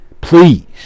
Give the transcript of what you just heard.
Please